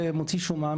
מוציא שומה,